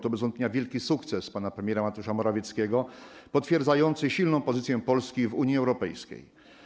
To bez wątpienia wielki sukces pana premiera Mateusza Morawieckiego potwierdzający silną pozycję Polski w Unii Europejskiej.